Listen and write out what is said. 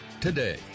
today